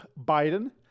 Biden